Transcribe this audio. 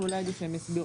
ואולי עדיף שהם יסבירו,